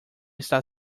está